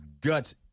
guts